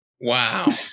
Wow